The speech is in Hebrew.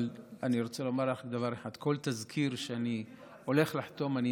אבל אני רוצה לומר לך דבר אחד: כל תזכיר שאני הולך לחתום עליו,